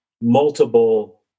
multiple